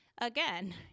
again